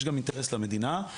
יש גם אינטרס למדינה.